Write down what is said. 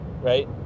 right